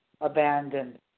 abandoned